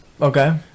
okay